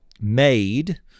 made